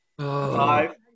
Five